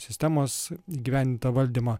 sistemos įgyvendintą valdymą